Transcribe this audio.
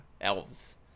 elves